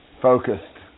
focused